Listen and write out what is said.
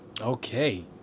Okay